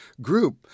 group